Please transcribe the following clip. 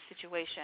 situation